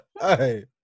Hey